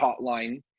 hotline